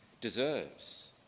deserves